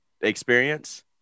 experience